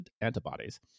antibodies